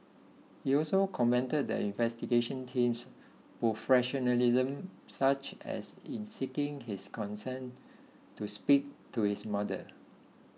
he also commended the investigation team's professionalism such as in seeking his consent to speak to his mother